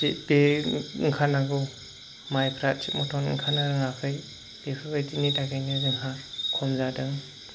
बे ओंखारनांगौ माइफ्रा थिग मथन ओंखारनो रोङाखै बेफोरबायदिनि थाखायनो जोंहा खम जादों